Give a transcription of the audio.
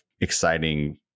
exciting